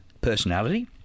personality